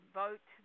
vote